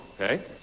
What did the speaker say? okay